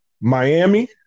Miami